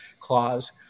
Clause